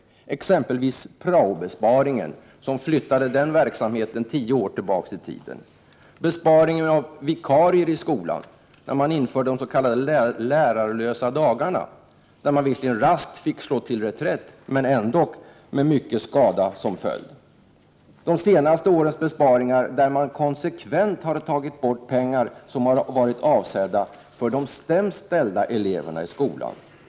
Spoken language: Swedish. Det gäller exempelvis besparingen beträffande prao, som flyttade den verksamheten tio år tillbaka i tiden, vidare besparingen när det gäller vikarier i skolan, då när man införde de s.k. lärarlösa dagarna. Den gången fick man visserligen raskt slå till reträtt, men det medförde ändå stora skador. Ett ytterligare exempel är de senaste årens besparingar där man konsekvent har tagit bort pengar som varit avsedda för de sämst ställda eleverna i skolan.